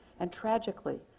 and tragically,